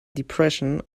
depression